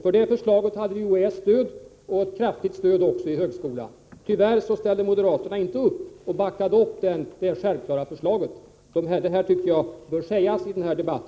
För detta förslag hade vi UHÄ:s stöd och kraftigt stöd inom högskolan. Tyvärr ställde moderaterna inte upp bakom detta självklara förslag. Jag tycker att också detta bör sägas i denna debatt.